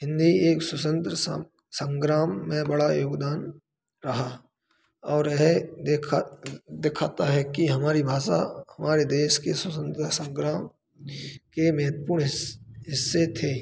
हिन्दी एक स्वतंत्र संग्राम में बड़ा योगदान रहा और यह देखा दिखाता है कि हमारी भाषा हमारे देश के स्वतंत्रता संग्राम के महत्वपूण हिस्से थे